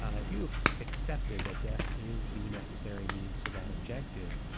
if you've accepted that death is the necessary means to that objective,